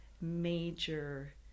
major